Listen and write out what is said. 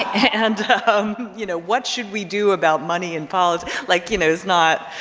and um you know, what should we do about money in politics? like you know is not,